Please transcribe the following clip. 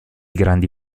grandi